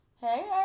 Hey